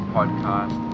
Podcast